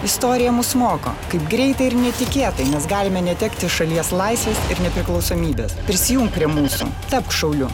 istorija mus moko kaip greitai ir netikėtai mes galime netekti šalies laisvės ir nepriklausomybės prisijunk prie mūsų tapk šauliu